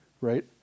Right